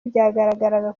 byagaragaraga